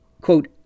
quote